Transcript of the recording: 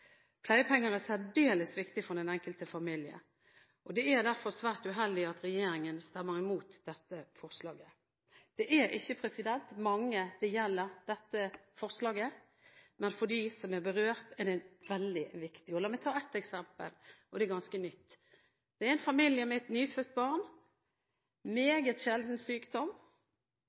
Pleiepenger er særdeles viktig for den enkelte familie, og det er derfor svært uheldig at regjeringen stemmer imot dette forslaget. Dette forslaget gjelder ikke mange, men for dem som er berørt, er det veldig viktig. La meg ta et eksempel som er ganske nytt. Det gjelder en familie med et nyfødt barn med en meget sjelden sykdom.